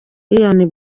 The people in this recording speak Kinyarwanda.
ian